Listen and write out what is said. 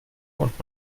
und